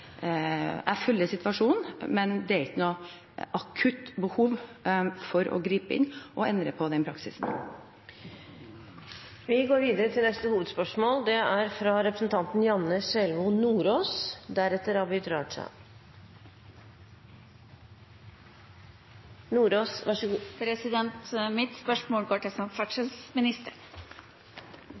er ikke noe akutt behov for å gripe inn og endre på den praksisen. Vi går videre til neste hovedspørsmål. Mitt spørsmål går til samferdselsministeren. Fremskrittspartiet drev valgkamp i 2013 på at Fremskrittspartiet de neste ti–femten årene ville bruke 455 mrd. kr mer til